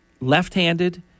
left-handed